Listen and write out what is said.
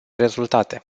rezultate